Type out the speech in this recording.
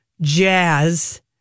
Jazz